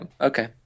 okay